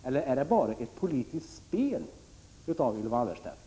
Eller är det bara ett politiskt spel som Ylva Annerstedt bedriver?